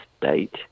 state